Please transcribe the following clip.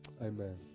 Amen